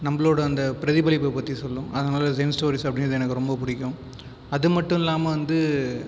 நம்மளோடய அந்த பிரதிபலிப்பை பற்றி சொல்லும் அதனால் ஜென் ஸ்டோரிஸ் அப்படிங்றது எனக்கு ரொம்ப பிடிக்கும் அது மட்டும் இல்லாமல் வந்து